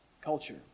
culture